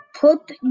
put